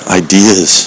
ideas